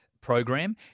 program